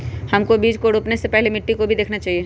हमको बीज को रोपने से पहले मिट्टी को भी देखना चाहिए?